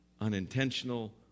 unintentional